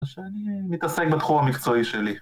שאני מתעסק בתחום המקצועי שלי